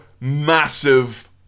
massive